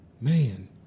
man